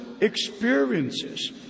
experiences